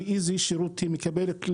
ואיזה שירות היא מקבלת,